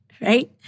Right